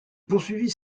poursuivit